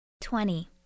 Twenty